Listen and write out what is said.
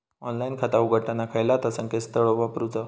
Online खाता उघडताना खयला ता संकेतस्थळ वापरूचा?